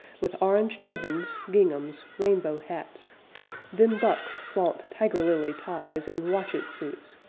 with orange turbans, ginghams, rainbow hats then bucks flaunt tiger-lily ties and watchet suits,